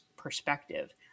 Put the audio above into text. perspective